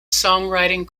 songwriting